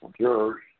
jurors